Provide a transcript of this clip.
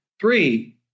Three